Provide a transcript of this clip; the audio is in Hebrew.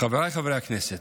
חבריי חברי הכנסת,